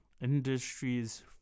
industries